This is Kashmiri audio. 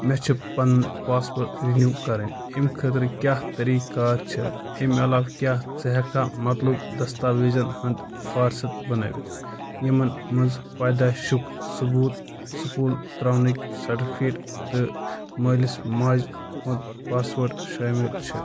مےٚ چھِ پنُن پاسپورٹ رِنِو کرٕنۍ اَمہ خٲطرٕ کیٛاہ طٔریٖقہٕ کار چھِ اَمہِ علاوٕ کیٛاہ ژٕ ہیٚکہٕ کھا مطلوٗبہ دستاویزن ہنٛد فہرست بنٲیِتھ یِمن منٛز پیدٲیشُک ثبوت سُکوٗل ترٛاونٕکۍ سرٹیفکیٹ تہِ مٲلس ماجہِ ہنٛد پاسپورٹ شٲمل چھُ